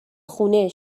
خونه